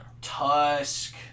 Tusk